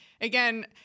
again